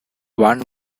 one